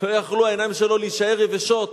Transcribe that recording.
לא היו העיניים שלו יכולות להישאר יבשות.